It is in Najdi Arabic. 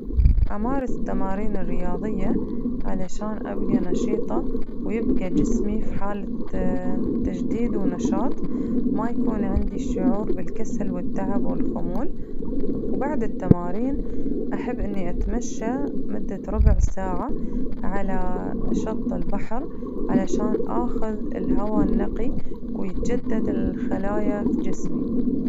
أمارس التمارين الرياضية علشان أبقى نشيطة ويبقى جسمي في حالة تجديد ونشاط ما يكون عندي الشعور بالكسل والتعب والخمول، وبعد التمارين أحب إني أتمشى لمدة ربع ساعة على شط البحر علشان آخذ الهوا النقي ويتجدد الخلايا في جسمي.